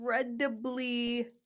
incredibly